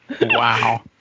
wow